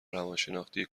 روانشناختی